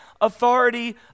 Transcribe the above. authority